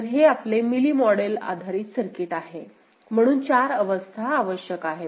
तर हे आपले मिली मॉडेल आधारित सर्किट आहे म्हणून 4 अवस्था आवश्यक आहेत